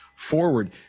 forward